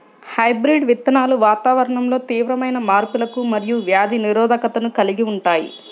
hybrid విత్తనాలు వాతావరణంలో తీవ్రమైన మార్పులకు మరియు వ్యాధి నిరోధకతను కలిగి ఉంటాయి